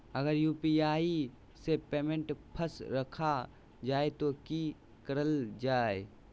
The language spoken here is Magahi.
अगर यू.पी.आई से पेमेंट फस रखा जाए तो की करल जाए?